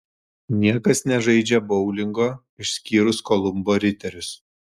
niekas nežaidžia boulingo išskyrus kolumbo riterius